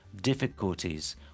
difficulties